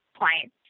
point